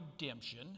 redemption